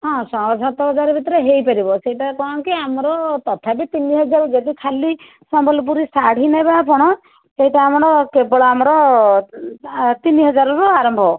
ହଁ ଛଅ ସାତ ହଜାର ଭିତରେ ହେଇପାରିବ ସେଇଟା କ'ଣ କି ଆମର ତଥାପି ତିନି ହଜାର ଯଦି ଖାଲି ସମ୍ବଲପୁରୀ ଶାଢ଼ୀ ନେବେ ଆପଣ ସେଇଟା ଆମର କେବଳ ଆମର ତିନି ହଜାରରୁ ଆରମ୍ଭ